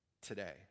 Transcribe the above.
today